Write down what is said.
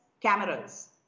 cameras